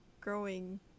growing